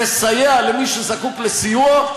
תסייע למי שזקוק לסיוע,